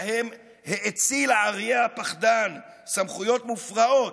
שלהם האציל האריה הפחדן סמכויות מופרעות,